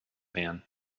man